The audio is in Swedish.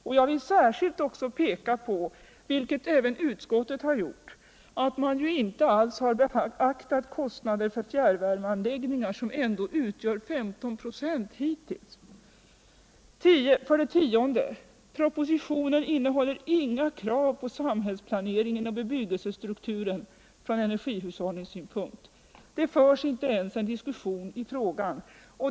Här vill jag särskilt peka på, vilket även utskottet gjort, att man inte alls beaktat kostnaderna för fjärrvärmeanläggningar, som ändå hittills tagit i 49 50 10. Propositionen innehåller inga krav på samhällsplanering och bebyggelsestruktur från energihushållningssynpunkt. Det förs inte ens en diskussion i frågan.